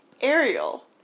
Ariel